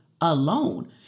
alone